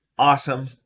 Awesome